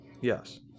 Yes